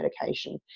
medication